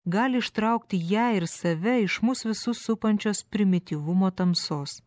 gali ištraukti ją ir save iš mus visus supančios primityvumo tamsos